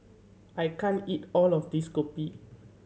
I can't eat all of this kopi